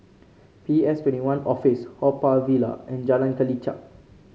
P S Twenty One Office Haw Par Villa and Jalan Kelichap